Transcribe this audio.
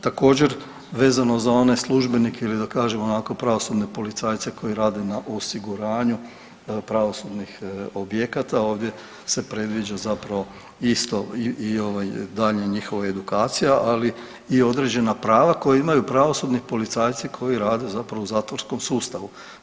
Također vezano za one službenike ili da kažem onako pravosudne policajce koji rade na osiguranju pravosudnih objekata ovdje se predviđa zapravo isto i daljnja njihova edukacija, ali i određena prava koja imaju pravosudni policajci koji rade zapravo u zatvorskom sustavu.